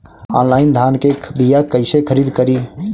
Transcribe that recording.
Online धान के बीया कइसे खरीद करी?